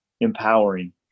empowering